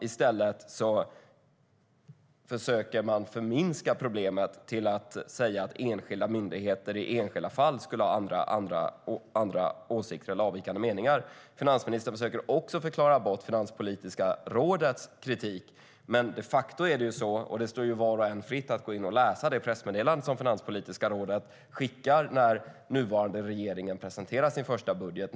I stället försöker man förminska problemet genom att säga att enskilda myndigheter i enskilda fall skulle ha andra åsikter eller avvikande meningar. Finansministern försöker också förklara bort Finanspolitiska rådets kritik. Det står var och en fritt och att gå in och läsa det pressmeddelande som Finanspolitiska rådet skickade när nuvarande regering presenterade sin första budget.